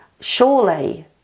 Surely